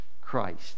Christ